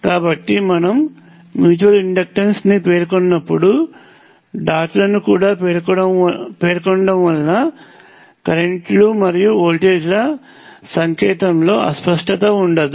కాబట్టి మనం mutual inductance ని పేర్కొన్నప్పుడు డాట్ లను కూడా పేర్కొనటం వలన కరెంటు లు మరియు వోల్టేజ్ల సంకేతంలో అస్పష్టత ఉండదు